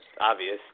obvious